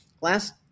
last